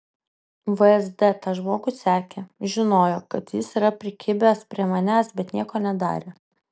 vsd tą žmogų sekė žinojo kad jis yra prikibęs prie manęs bet nieko nedarė